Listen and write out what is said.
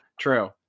True